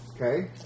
Okay